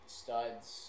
studs